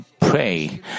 pray